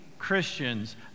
christians